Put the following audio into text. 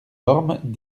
ormes